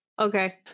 okay